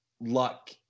luck